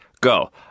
go